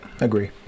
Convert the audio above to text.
agree